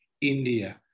India